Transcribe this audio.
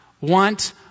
want